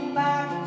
back